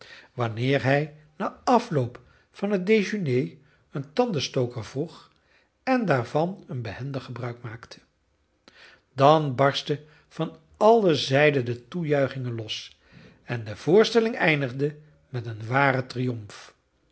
wanneer hij na afloop van het dejeuné een tandenstoker vroeg en daarvan een behendig gebruik maakte dan barstten van alle zijden de toejuichingen los en de voorstelling eindigde met een waren triomf